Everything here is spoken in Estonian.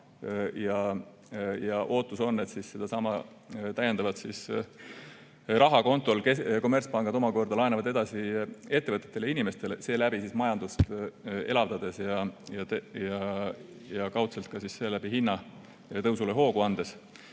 ja ootus on, et sedasama täiendavat raha kontol kommertspangad omakorda laenavad edasi ettevõtetele ja inimestele, seeläbi majandust elavdades ja kaudselt ka seeläbi hinnatõusule hoogu andes.